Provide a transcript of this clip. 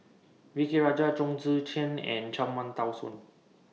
V K Rajah Chong Tze Chien and Cham Tao Soon